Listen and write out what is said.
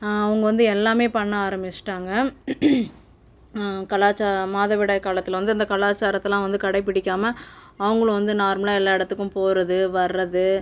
அவங்க வந்து எல்லாமே பண்ண ஆரம்பிச்சுட்டாங்க கலாச்சாரம் மாதவிடாய் காலத்தில் வந்து இந்த கலாச்சாரத்தெலாம் வந்து கடைப்பிடிக்காமல் அவங்களும் வந்து நார்மலாக எல்லா இடத்துக்கும் போகிறது வர்றது